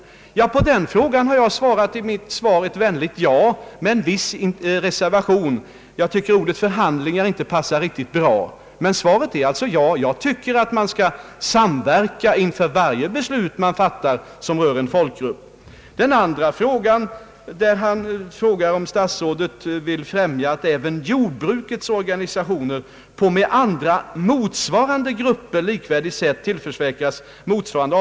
På den frågan har jag svarat ett vänligt ja med en viss reservation. Jag tycker att ordet förhandlingar inte är så bra. Svaret är emellertid ja. Jag tycker att man skall samverka inför varje beslut som fattas och som rör en folkgrupp. Den andra frågan löd: Vill statsrådet främja att även jordbrukets organisationer på med andra motsvarande grupper likvärdigt sätt tillförsäkras avtalsrätt?